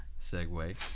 segue